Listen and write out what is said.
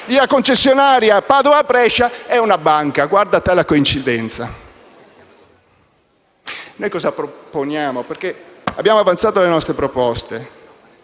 della concessionaria Padova-Brescia è una banca. Guarda la coincidenza! Noi cosa proponiamo? Abbiamo avanzato le nostre proposte.